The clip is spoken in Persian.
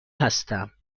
هستم